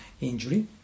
injury